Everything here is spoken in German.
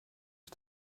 ich